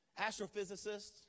astrophysicists